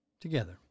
Together